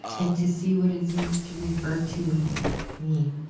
and to see what is used to refer to me,